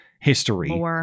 history